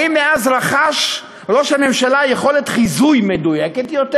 האם מאז רכש ראש הממשלה יכולת חיזוי מדויקת יותר?